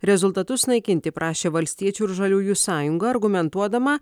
rezultatus naikinti prašė valstiečių ir žaliųjų sąjunga argumentuodama